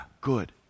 good